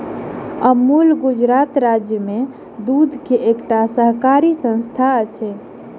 अमूल गुजरात राज्य में दूध के एकटा सहकारी संस्थान अछि